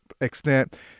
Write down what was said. extent